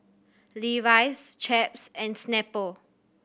Levi's Chaps and Snapple